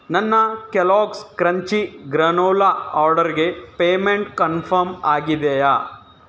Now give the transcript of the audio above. ನನ್ನ Kellogg's crunchy granola ಆರ್ಡರ್ಗೆ payment confirm ಆಗಿದೆಯಾ